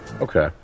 Okay